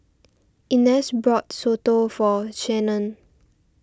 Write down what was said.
Inez bought Soto for Shannan